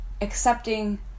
accepting